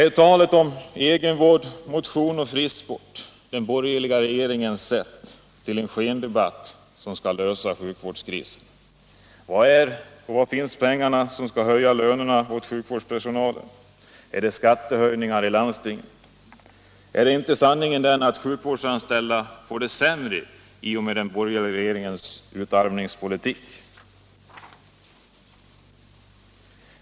Är talet om egenvård, motion och frisksport den borgerliga regeringens metod att föra en skendebatt om sättet att lösa sjukvårdskrisen? Var finns pengarna som skall höja lönerna åt sjukvårdspersonalen? Är det skattehöjningar i landstingen statsrådet tänker på? Är inte sanningen den att sjukvårdsanställda får det sämre i och med den borgerliga regeringens utarmningspolitik?